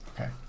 Okay